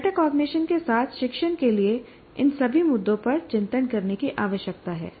metacognition के साथ शिक्षण के लिए इन सभी मुद्दों पर चिंतन करने की आवश्यकता है